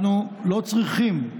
אנחנו לא צריכים,